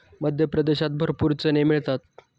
मध्य प्रदेशात भरपूर चणे मिळतात